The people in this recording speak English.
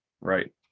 Right